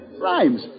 Rhymes